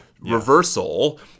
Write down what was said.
reversal